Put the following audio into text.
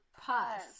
pus